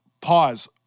pause